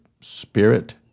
spirit